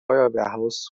feuerwehrhaus